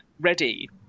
ready